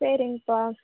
சரிங்ப்பா